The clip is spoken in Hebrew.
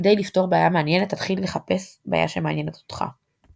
כדי לפתור בעיה מעניינת תתחיל לחפש בעיה שמעניינת אותך.